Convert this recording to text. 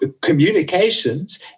communications